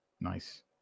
nice